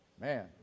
Man